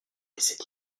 les